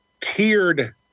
tiered